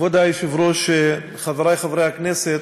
כבוד היושב-ראש, חברי חברי הכנסת,